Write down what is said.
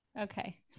Okay